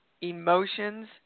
Emotions